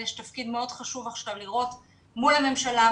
חשוב מאוד לראות עכשיו מול הממשלה,